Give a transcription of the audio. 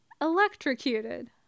Electrocuted